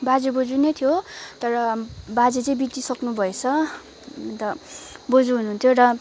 बाजे बोजु नै थियो तर बाजे चाहिँ बितिसक्नु भएछ अन्त बोजु हुनुहुन्थ्यो र